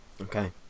Okay